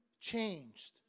changed